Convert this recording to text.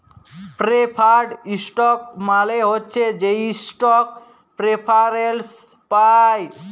preferred stock মালে হছে সে ইস্টক প্রেফারেল্স পায়